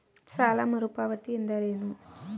ಸಾಲ ಮರುಪಾವತಿ ಎಂದರೇನು?